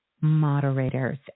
moderators